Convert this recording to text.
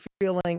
feeling